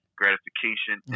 gratification